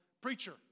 preacher